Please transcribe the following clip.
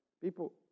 people